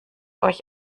euch